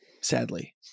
Sadly